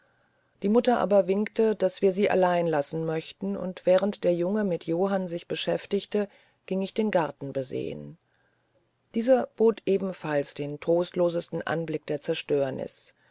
die mutter aber winkte daß wir sie allein lassen möchten und während der junge mit johann sich beschäftigte ging ich den garten besehen dieser bot ebenfalls den trostlosesten anblick der zerstörnis